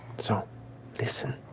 so listen.